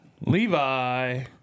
Levi